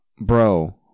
bro